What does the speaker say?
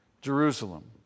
Jerusalem